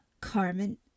Carmen